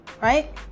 right